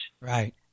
right